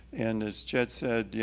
and as chet said,